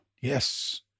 Yes